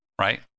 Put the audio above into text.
right